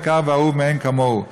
יקר ואהוב מאין כמוהו.